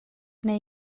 neu